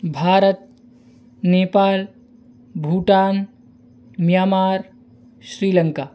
India Nepal Bhutan Myanmar Sri Lanka